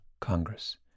Congress